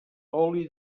oli